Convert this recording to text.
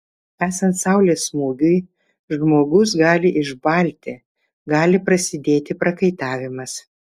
esant saulės smūgiui žmogus gali išbalti gali prasidėti prakaitavimas